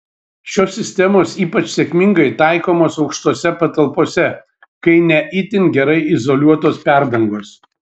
šios sistemos ypač sėkmingai taikomos aukštose patalpose kai ne itin gerai izoliuotos perdangos